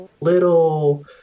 little